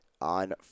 on